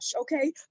okay